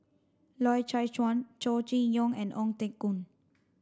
Loy Chye Chuan Chow Chee Yong and Ong Teng Koon